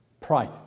Pride